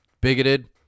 Bigoted